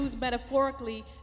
metaphorically